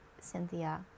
Cynthia